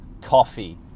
coffee